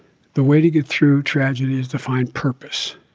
the way to get through tragedy is to find purpose.